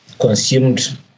consumed